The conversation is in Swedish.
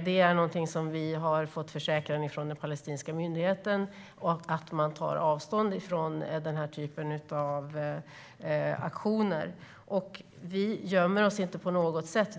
Vi har fått en försäkran av den palestinska myndigheten att man tar avstånd från den typen av aktioner. Vi gömmer oss inte på något sätt.